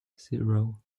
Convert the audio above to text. zero